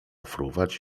fruwać